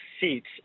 seats